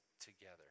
together